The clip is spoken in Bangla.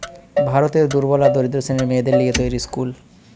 ভারতের দুর্বল আর দরিদ্র শ্রেণীর মেয়েদের লিগে তৈরী স্কুল